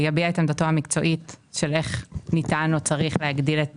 יביע עמדתו המקצועית של איך ניתן או צריך להגדיל את